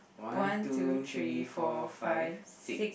one two three four five six